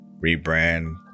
rebrand